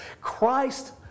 Christ